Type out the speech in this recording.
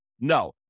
no